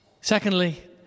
Secondly